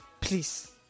please